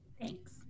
Thanks